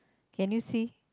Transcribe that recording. can you see